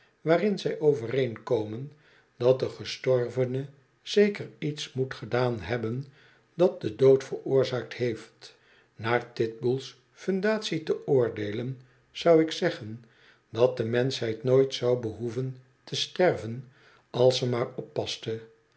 waarin zij overeenkomen dat de gestorvene zeker iets moet gedaan hebben dat de dood veroorzaakt heeft naar titbull's fundatie te oordeelen zou ik zeggen dat de menschheid nooit zou behoeven te sterven als ze maar oppaste